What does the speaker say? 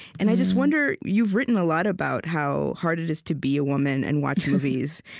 and i just wonder you've written a lot about how hard it is to be a woman and watch movies,